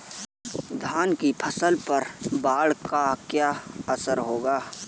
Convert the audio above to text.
धान की फसल पर बाढ़ का क्या असर होगा?